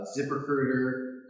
ZipRecruiter